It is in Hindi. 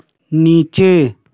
नीचे